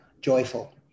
joyful